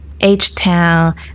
H-Town